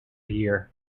year